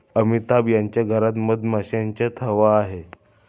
अमिताभ यांच्या घरात मधमाशांचा थवा आहे